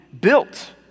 built